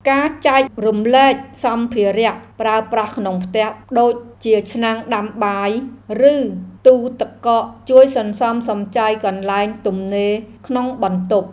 ការចែករំលែកសម្ភារៈប្រើប្រាស់ក្នុងផ្ទះដូចជាឆ្នាំងដាំបាយ ឬទូទឹកកកជួយសន្សំសំចៃកន្លែងទំនេរក្នុងបន្ទប់។